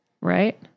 Right